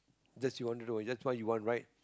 just you wanna do that's what you want right